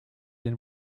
den